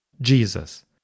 Jesus